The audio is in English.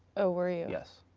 oh, were you? yes.